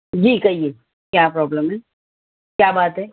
جی کہیے کیا پرابلم ہے کیا بات ہے